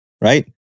right